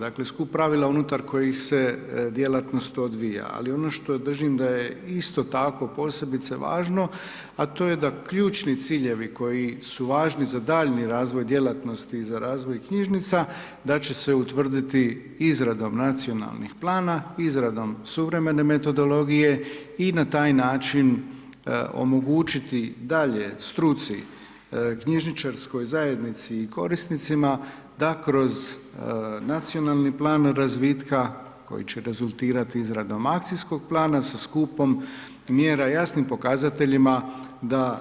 Dakle, skup pravila unutar kojih se djelatnost odvija, ali ono što držim da je isto tako posebice važno a to je da ključni ciljevi koji su važni za daljnji razvoj djelatnosti za razvoj knjižnica, da će se utvrditi izradom nacionalnih plana, izradom suvremene metodologije i na taj način omogućiti dalje struci knjižničarskoj zajednici i korisnicima da kroz nacionalni plan razvitka koji će rezultirati izradom akcijskog plana sa skupom mjera, jasnim pokazateljima da